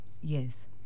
Yes